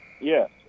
Yes